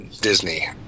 disney